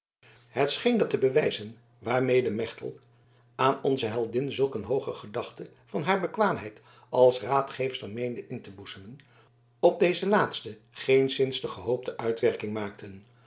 het scheen dat de bewijzen waarmede mechtelt aan onze heldin zulk een hooge gedachte van haar bekwaamheid als raadgeefster meende in te boezemen op deze laatste geenszins de gehoopte uitwerking maakten